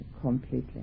completely